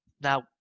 Now